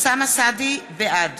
בעד